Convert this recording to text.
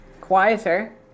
quieter